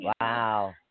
Wow